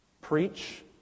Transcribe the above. Preach